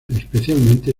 especialmente